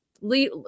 leave